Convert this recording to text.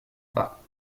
pas